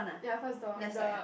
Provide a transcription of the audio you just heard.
ya first door the